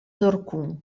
zorqun